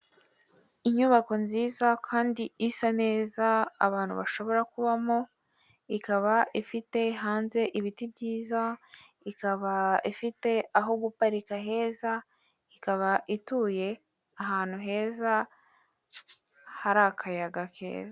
Inyubako nziza kandi isa neza abantu bashobora kubamo: ikaba ifite hanze ibiti byiza, ikaba ifite aho guparika heza, ikaba ituye ahantu heza hari akayaga keza.